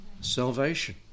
Salvation